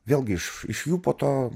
vėlgi iš iš jų po to